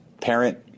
parent